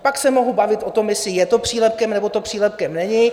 Pak se mohu bavit o tom, jestli je to přílepkem, nebo to přílepkem není.